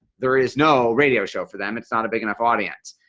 there is no radio show for them it's not a big enough audience.